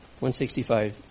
165